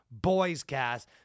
Boyscast